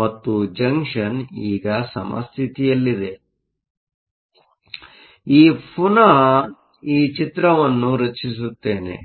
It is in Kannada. ಮತ್ತು ಜಂಕ್ಷನ್ ಈಗ ಸಮಸ್ಥಿತಿಯಲ್ಲಿದೆ ಆದುದರಿಂದ ಆ ಪುನಃ ಈ ಚಿತ್ರವನ್ನು ರಚಿಸುತ್ತೇನೆ